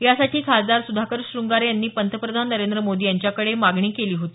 यासाठी खासदार सुधाकर श्रंगारे यांनी पंतप्रधान नरेंद्र मोदी यांच्याकडे मागणी केली होती